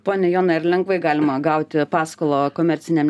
pone jonai ar lengvai galima gauti paskolą komerciniam